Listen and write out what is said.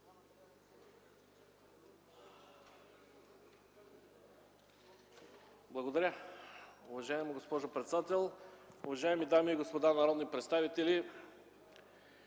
(ДПС): Уважаема госпожо председател, уважаеми дами и господа народни представители!